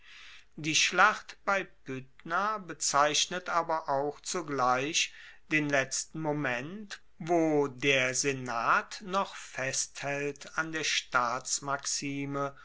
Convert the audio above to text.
die schlacht bei pydna bezeichnet aber auch zugleich den letzten moment wo der senat noch festhaelt an der